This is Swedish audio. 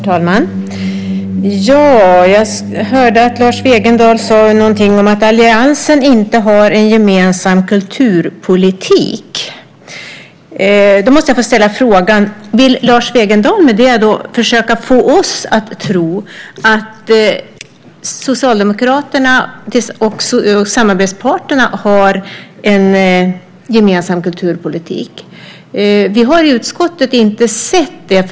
Herr talman! Jag hörde att Lars Wegendal sade någonting om att alliansen inte har en gemensam kulturpolitik. Då måste jag få ställa frågan: Vill Lars Wegendal med det försöka få oss att tro att Socialdemokraterna och samarbetsparterna har en gemensam kulturpolitik? Vi har inte sett det i utskottet.